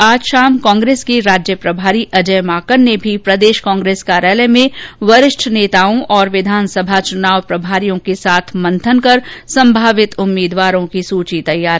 आज शाम कांग्रेस के राज्य प्रभारी अजय माकन ने भी प्रदेश कांग्रेस कार्यालय में वरिष्ठ नेताओं तथा विधानसभा चुनाव प्रभारियों के साथ मंथन कर संभावित उम्मीदवारों की सुची तैयार की